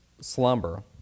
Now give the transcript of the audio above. slumber